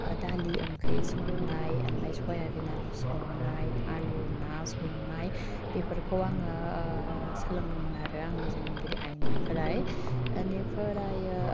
दालि ओंख्रिं संनाय आमफाय सयाबिन आलु संनाय आलु ना संनाय बेफोरखौ आङो सोलोंदोंमोन आरो आंनि जोनोमगिरि आइनिफ्राय एनिफोरायो